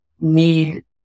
need